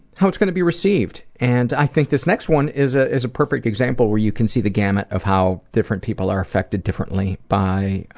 how it's going to be received and i think this next one is ah is a perfect example where you can see the gambit of how different people are affected differently by